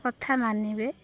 କଥା ମାନିବେ